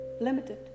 limited